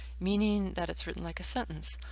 meaning that it's written like a sentence.